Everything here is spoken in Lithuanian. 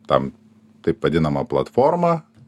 tam taip vadinamą platformą